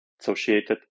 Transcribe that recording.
associated